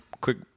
quick